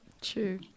True